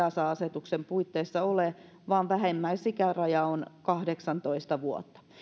easa asetuksen puitteissa ole vaan vähimmäisikäraja on kahdeksantoista vuotta